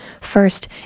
First